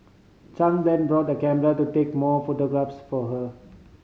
Chang then bought a camera to take more photographs for her